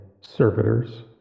servitors